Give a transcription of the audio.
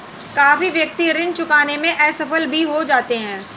काफी व्यक्ति ऋण चुकाने में असफल भी हो जाते हैं